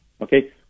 Okay